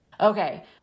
Okay